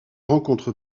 rencontre